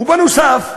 ובנוסף,